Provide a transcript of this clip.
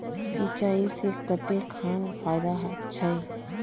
सिंचाई से कते खान फायदा छै?